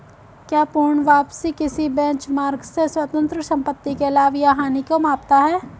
क्या पूर्ण वापसी किसी बेंचमार्क से स्वतंत्र संपत्ति के लाभ या हानि को मापता है?